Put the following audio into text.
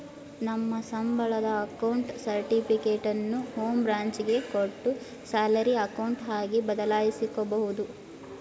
ನಮ್ಮ ಸಂಬಳದ ಅಕೌಂಟ್ ಸರ್ಟಿಫಿಕೇಟನ್ನು ಹೋಂ ಬ್ರಾಂಚ್ ಗೆ ಕೊಟ್ಟು ಸ್ಯಾಲರಿ ಅಕೌಂಟ್ ಆಗಿ ಬದಲಾಯಿಸಿಕೊಬೋದು